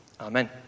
Amen